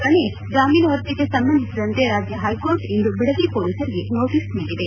ಗಣೇಶ್ ಜಾಮೀನು ಅರ್ಜಿಗೆ ಸಂಬಂಧಿಸಿದಂತೆ ರಾಜ್ಯ ಹೈಕೋರ್ಟ್ ಇಂದು ಬಿಡದಿ ಮೊಲೀಸರಿಗೆ ನೋಟಿಸ್ ನೀಡಿದೆ